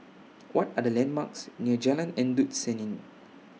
What Are The landmarks near Jalan Endut Senin